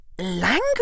Language